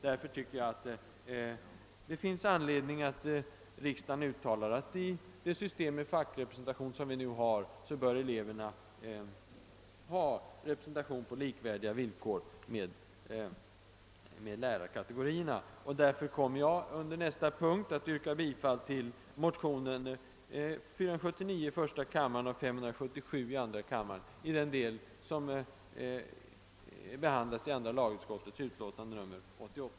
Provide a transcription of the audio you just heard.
Därför bör riksdagen uttala, att med det system för fackrepresentation som vi nu har, bör eleverna ha rätt till representation på likvärdiga villkor med lärarkategorierna. Jag kommer således att yrka bifall till motionerna I: 479 och II: 577 i den del som behandlas i andra lagutskottets utlåtande 88.